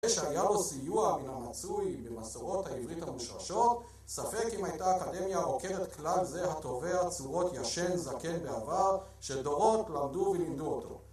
כשהיה לו סיוע מן המצוי במסורות העברית המושרשות ספק אם הייתה אקדמיה רוקנת כלל זה הטובה צורות ישן זקן בעבר שדורות למדו ולימדו אותו.